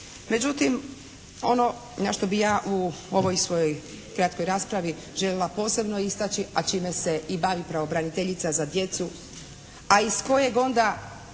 Međutim, ono na što bi ja u ovoj svojoj kratkoj raspravi željela posebno istaći, a čime se i bavi pravobraniteljica za djecu, a iz kojeg onda